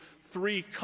three